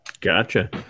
gotcha